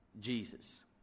Jesus